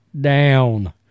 down